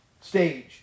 stage